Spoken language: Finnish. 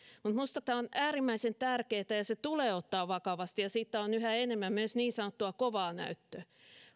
minusta tämä on äärimmäisen tärkeätä ja tulee ottaa vakavasti siitä on yhä enemmän myös niin sanottua kovaa näyttöä